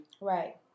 Right